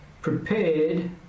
prepared